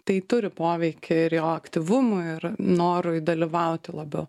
tai turi poveikį ir jo aktyvumui ir norui dalyvauti labiau